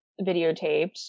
videotaped